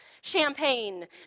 Champagne